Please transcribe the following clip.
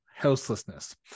houselessness